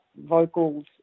vocals